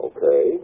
Okay